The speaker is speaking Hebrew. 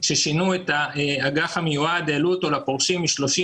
אז שינו את אג"ח המיועד והעלו אותו לפורשים מ-30